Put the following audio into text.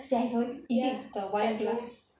seven is it the wine glass